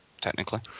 technically